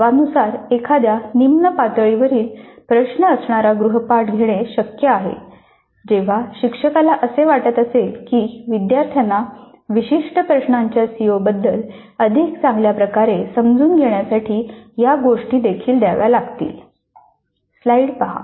तत्वानुसार एखाद्या निम्न पातळीवरील प्रश्न असणारा गृहपाठ घेणे शक्य आहे जेव्हा शिक्षकाला असे वाटत असेल की विद्यार्थ्यांना विशिष्ट प्रश्नांच्या सीओबद्दल अधिक चांगल्या प्रकारे समजून घेण्यासाठी या गोष्टीदेखील द्याव्या लागतील